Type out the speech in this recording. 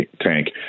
tank